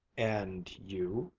and you,